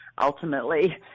ultimately